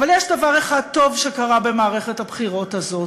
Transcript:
אבל יש דבר אחד טוב שקרה במערכת הבחירות הזאת,